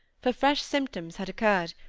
for fresh symptoms had appeared,